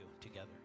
together